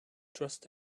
trust